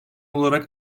olarak